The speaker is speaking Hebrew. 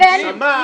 שמעת?